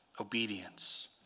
obedience